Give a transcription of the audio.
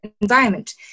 environment